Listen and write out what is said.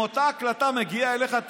אם אותה ההקלטה מגיעה אליך,